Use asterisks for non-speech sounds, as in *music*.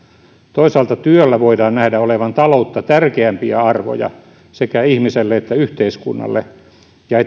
toisaalta työllä voidaan nähdä olevan taloutta tärkeämpiä arvoja sekä ihmiselle että yhteiskunnalle ja *unintelligible*